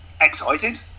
Excited